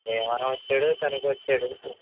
భీమవరం వచ్చాడు తణుకు వచ్చాడు